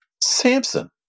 Samson